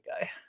guy